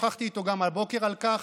שוחחתי איתו גם הבוקר על כך,